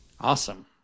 Awesome